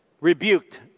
rebuked